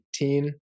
18